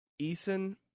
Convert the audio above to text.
Eason